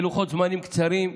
בלוחות זמנים קצרים,